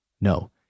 No